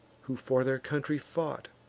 who for their country fought,